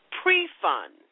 pre-fund